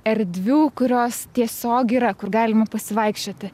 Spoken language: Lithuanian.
erdvių kurios tiesiog yra kur galima pasivaikščioti